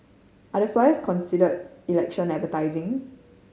are the flyers considered election advertising